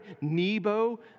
Nebo